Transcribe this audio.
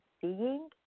seeing